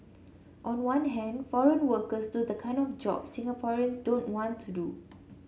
on one hand foreign workers do the kind of jobs Singaporeans don't want to do